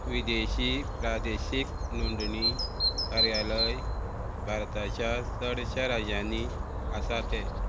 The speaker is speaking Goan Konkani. विदेशी प्रादेशीक नोंदणी कार्यालय भारताच्या चडश्या राज्यांनी आसा ते